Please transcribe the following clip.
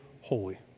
holy